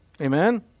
Amen